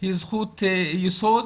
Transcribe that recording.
היא זכות יסוד,